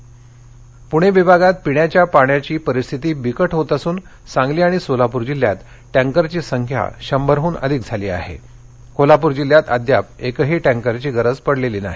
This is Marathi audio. टँकर पूणडिभागात पिण्याच्या पाण्याची परिस्थिती बिकट होत असून सांगली आणि सोलापूर जिल्ह्यात टैंकरची संख्या शंभरपक्षी जास्त झाली आह कोल्हापूर जिल्ह्यात अद्याप एकही टँकरची गरज पडलक्षी नाही